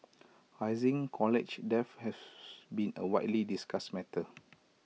rising college debt has been A widely discussed matter